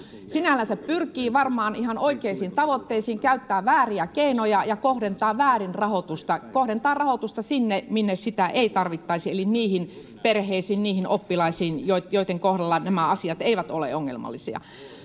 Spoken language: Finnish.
sinällänsä pyrkii varmaan ihan oikeisiin tavoitteisiin käyttää vääriä keinoja ja kohdentaa väärin rahoitusta kohdentaa rahoitusta sinne minne sitä ei tarvittaisi eli niihin perheisiin niihin oppilaisiin joitten joitten kohdalla nämä asiat eivät ole ongelmallisia